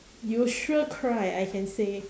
you sure cry I can say